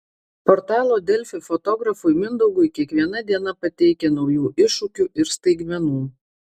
portalo delfi fotografui mindaugui kiekviena diena pateikia naujų iššūkių ir staigmenų